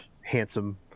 handsome